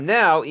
now